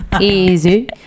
Easy